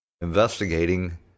investigating